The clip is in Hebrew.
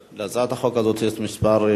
בהצעת החוק הזאת יש כמה דוברים.